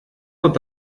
what